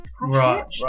Right